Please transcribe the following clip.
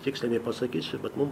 tiksliai nepasakysiu bet mum